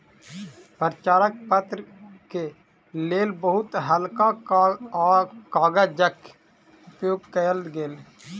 प्रचार पत्र के लेल बहुत हल्का कागजक उपयोग कयल गेल